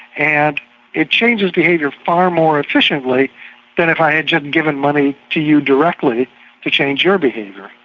and it changes behaviour far more efficiently than if i had just given money to you directly to change your behaviour.